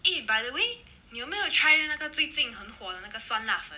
eh by the way 你有没有 try 那个最近很火的那个酸辣粉